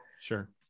sure